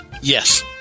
Yes